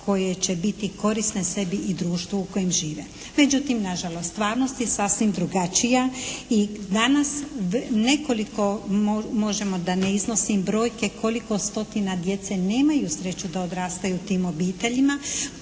koje će biti korisne sebi i društvu u kojem žive. Međutim nažalost stvarnost je sasvim drugačija. I danas nekoliko, možemo da ne iznosim brojke koliko stotina djece nemaju sreću da odrastaju u tim obiteljima.